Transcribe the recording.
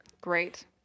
Great